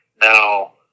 now